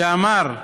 שאמר: